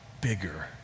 bigger